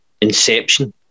Inception